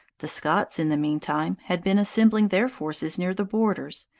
the scots, in the mean time, had been assembling their forces near the borders,